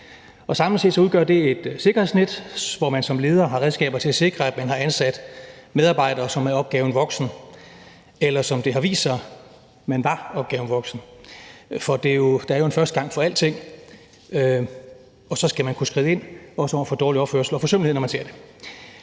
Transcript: Samtidig udgør det et sikkerhedsnet, hvor man som leder har redskaber til at sikre, at man har ansat medarbejdere, som er opgaven voksen eller – som det har vist sig – var opgaven voksen, for der er jo en første gang for alting, og så skal man kunne skride ind, også over for dårlig opførsel og forsømmelighed, når man ser det.